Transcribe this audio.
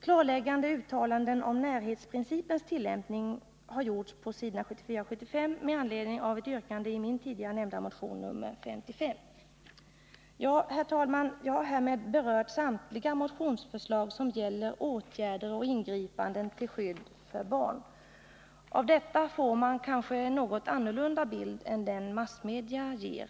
Klarläggande uttalanden om närhetsprincipens tillämpning har gjorts på s. 74 och 75 med anledning av ett yrkande i min tidigare nämnda motion, nr 55. Herr talman! Jag har härmed berört samtliga motionsförslag som gäller åtgärder och ingripanden till skydd för barn. Av detta får man kanske en något annan bild än den massmedia ger.